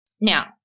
Now